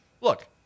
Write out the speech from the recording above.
look